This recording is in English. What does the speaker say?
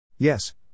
Yes